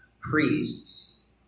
priests